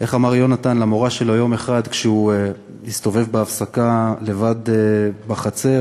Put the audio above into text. איך אמר יונתן למורה שלו יום אחד כשהוא הסתובב בהפסקה לבד בחצר?